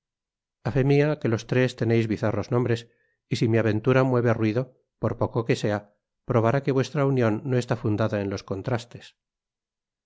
mia que los tres teneis bizarros nombres y si mi aventura mueve ruido por poco que sea probará que vuestra union no está fundada en los contrastes